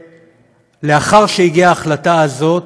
ולאחר שהגיעה ההחלטה הזאת,